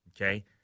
Okay